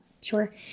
Sure